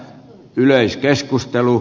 yleiskeskustelu